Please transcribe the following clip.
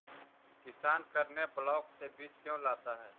किसान करने ब्लाक से बीज क्यों लाता है?